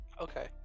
Okay